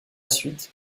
suite